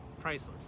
priceless